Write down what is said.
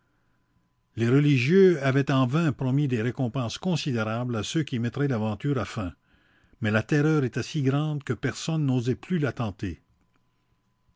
les religieux avaient en vain promis des récompenses considérables à ceux qui mettraient l'aventure à fin mais la terreur était si grande que personne n'osait plus la tenter